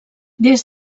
des